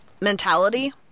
mentality